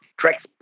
tracks